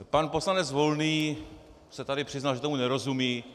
Pan poslanec Volný se tady přiznal, že tomu nerozumí.